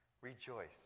Rejoice